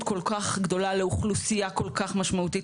כל כך גדולה לאוכלוסייה כל כך משמעותית,